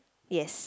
yes